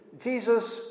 Jesus